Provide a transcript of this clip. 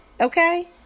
Okay